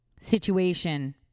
situation